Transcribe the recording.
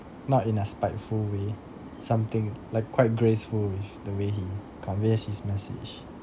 not in a spiteful way something like quite graceful with the way he conveys his message